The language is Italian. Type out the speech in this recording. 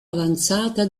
avanzata